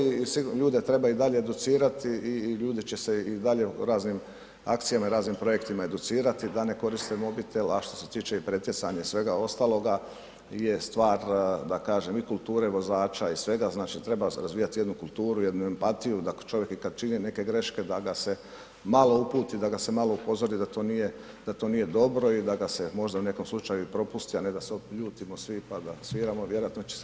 I ljude treba i dalje educirati i ljudi će se i dalje raznim akcijama i raznim projektima educirati da ne koriste mobitel a što se tiče i pretjecanja i svega ostaloga je stvar da kažem i kulture vozača i svega, znači treba razvijati jednu kulturu, jednu empatiju da ako čovjek i kad čini neke greške da ga se malo uputi, da ga se malo upozori da to nije, da to nije dobro i da ga se možda u nekom slučaju i propusti a ne da se ljutimo svi pa da sviramo, vjerojatno će se